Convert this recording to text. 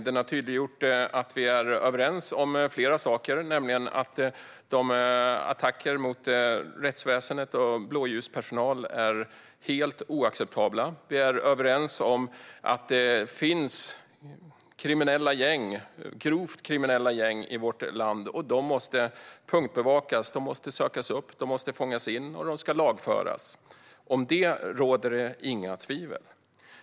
Den har tydliggjort att vi är överens om flera saker, nämligen att attackerna mot rättsväsendet och blåljuspersonal är helt oacceptabla och att det finns grovt kriminella gäng i vårt land som måste punktbevakas, sökas upp, fångas in och lagföras. Om detta råder det inga tvivel.